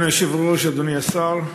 אדוני היושב-ראש, אדוני השר,